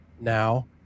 now